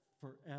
forever